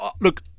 Look